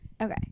Okay